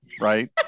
right